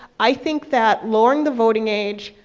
i think that lowering the voting age,